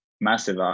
massive